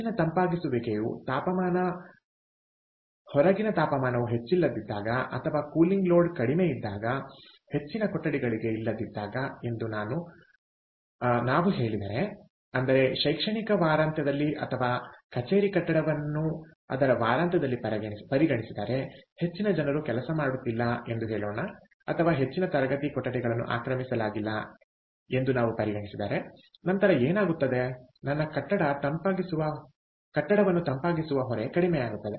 ಹೆಚ್ಚಿನ ತಂಪಾಗಿಸುವಿಕೆಯು ತಾಪಮಾನ ಹೊರಗಿನ ತಾಪಮಾನವು ಹೆಚ್ಚಿಲ್ಲದಿದ್ದಾಗ ಅಥವಾ ಕೂಲಿಂಗ್ ಲೋಡ್ ಕಡಿಮೆ ಇದ್ದಾಗ ಹೆಚ್ಚಿನ ಕೊಠಡಿಗಳಿಗೆ ಇಲ್ಲದಿದ್ದಾಗ ಎಂದು ನಾವು ಹೇಳಿದರೆ ಅಂದರೆ ಶೈಕ್ಷಣಿಕ ವಾರಾಂತ್ಯದಲ್ಲಿ ಅಥವಾ ಕಚೇರಿ ಕಟ್ಟಡವನ್ನು ಅದರ ವಾರಾಂತ್ಯದಲ್ಲಿ ಪರಿಗಣಿಸಿದರೆ ಹೆಚ್ಚಿನ ಜನರು ಕೆಲಸ ಮಾಡುತ್ತಿಲ್ಲ ಎಂದು ಹೇಳೋಣ ಅಥವಾ ಹೆಚ್ಚಿನ ತರಗತಿ ಕೊಠಡಿಗಳನ್ನು ಆಕ್ರಮಿಸಲಾಗಿಲ್ಲ ಎಂದು ನಾವು ಪರಿಗಣಿಸಿದರೆ ನಂತರ ಏನಾಗುತ್ತದೆ ನನ್ನ ಕಟ್ಟಡ ತಂಪಾಗಿಸುವ ಹೊರೆ ಕಡಿಮೆ ಆಗುತ್ತದೆ